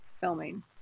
filming